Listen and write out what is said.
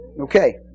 Okay